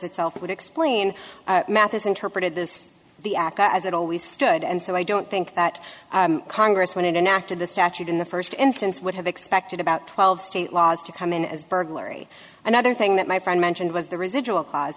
itself it would explain math is interpreted this the aca as it always stood and so i don't think that congress when it enact to the statute in the first instance would have expected about twelve state laws to come in as burglary another thing that my friend mentioned was the residual cl